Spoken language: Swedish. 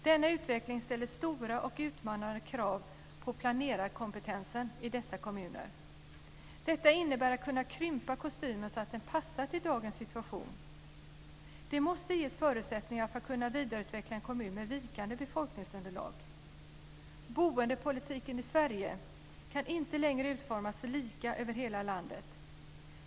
Denna utveckling ställer stora och utmanande krav på planerarkompetensen i dessa kommuner. Detta innebär att kunna krympa kostymen så att den passar till dagens situation. Det måste ges förutsättningar för att kunna vidareutveckla en kommun med vikande befolkningsunderlag. Boendepolitiken i Sverige kan inte längre utformas lika över hela landet.